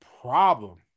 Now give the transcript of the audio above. problem